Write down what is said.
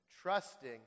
trusting